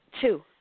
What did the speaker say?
Two